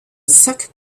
second